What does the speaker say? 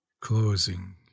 closing